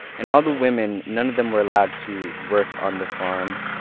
and all the women, none of them were allowed to work on the farm,